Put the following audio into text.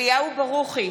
אליהו ברוכי,